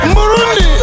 Burundi